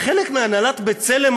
חלק מהנהלת "בצלם",